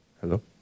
Hello